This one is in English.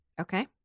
Okay